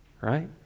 right